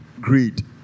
Greed